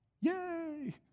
Yay